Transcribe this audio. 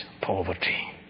poverty